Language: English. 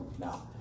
No